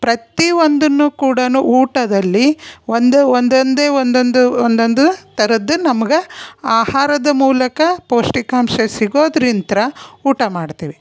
ಪ್ರತಿ ಒಂದನ್ನು ಕೂಡ ಊಟದಲ್ಲಿ ಒಂದು ಒಂದೊಂದೇ ಒಂದೊಂದು ಒಂದೊಂದು ಥರದ್ದು ನಮ್ಗೆ ಆಹಾರದ ಮೂಲಕ ಪೌಷ್ಟಿಕಾಂಶ ಸಿಗೋದ್ರಿಂತ ಊಟ ಮಾಡ್ತೀವಿ